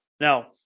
Now